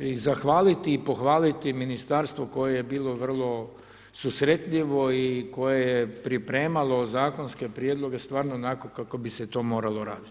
i zahvaliti i pohvaliti ministarstvo koje je bilo vrlo susretljivo i koje je pripremalo zakonske prijedloge stvarno onako kako bi se to moralo raditi.